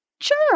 sure